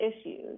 issues